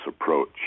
approach